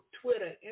Twitter